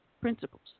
principles